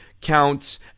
counts